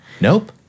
Nope